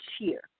cheer